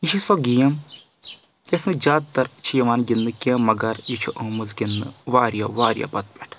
یہِ چھِ سۄ گیم یۄس نہٕ زیاد تَر چھِ یِوان گِنٛدنہٕ کینٛہہ مگر یہِ چھُ آمٕژ گِنٛدنہٕ واریاہ واریاہ پَتہٕ پؠٹھ